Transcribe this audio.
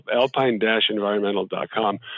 alpine-environmental.com